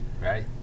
right